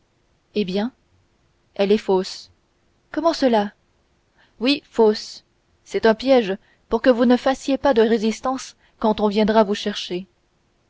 eh bien elle est fausse comment cela oui fausse c'est un piège pour que vous ne fassiez pas de résistance quand on viendra vous chercher